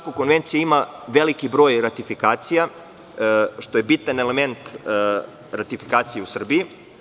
Konvencija ima veliki broj ratifikacija, što je bitan element ratifikacije u Srbiji.